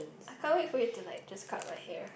I can't wait for you to like just cut my hair